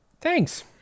Thanks